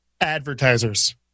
advertisers